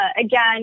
Again